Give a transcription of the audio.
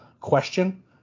question